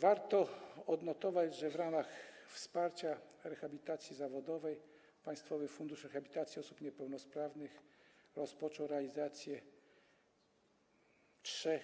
Warto odnotować, że w ramach wsparcia rehabilitacji zawodowej Państwowy Fundusz Rehabilitacji Osób Niepełnosprawnych rozpoczął realizację trzech